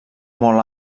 molt